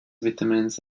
vitamins